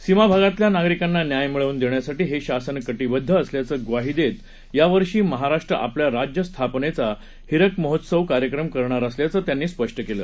सीमा भागातल्या नागरिकांना न्याय मिळवून देण्यासाठी हे शासन कटिबद्ध असल्याची ग्वाही देत यावर्षी महाराष्ट्र आपल्या राज्य स्थापनेचा हिरक महोत्सव कार्यक्रम करणार असल्याचं त्यांनी स्पष्ट केलं